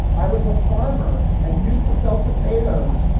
i was a farmer and used to sell potatoes.